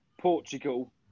Portugal